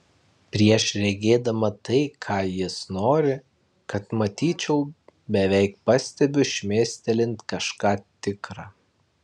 prieš regėdama tai ką jis nori kad matyčiau beveik pastebiu šmėstelint kažką tikra